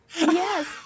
Yes